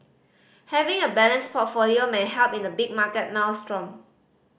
having a balanced portfolio may help in a big market maelstrom